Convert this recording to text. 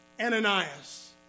Ananias